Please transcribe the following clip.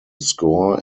score